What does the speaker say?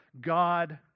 God